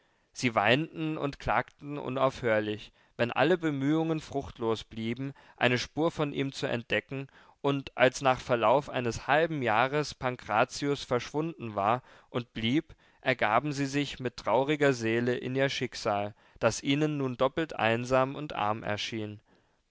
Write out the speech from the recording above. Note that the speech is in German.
sie weinten und klagten unaufhörlich wenn alle bemühungen fruchtlos blieben eine spur von ihm zu entdecken und als nach verlauf eines halben jahres pankrazius verschwunden war und blieb ergaben sie sich mit trauriger seele in ihr schicksal das ihnen nun doppelt einsam und arm erschien